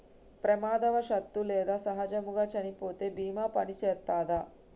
ప్రమాదవశాత్తు లేదా సహజముగా చనిపోతే బీమా పనిచేత్తదా?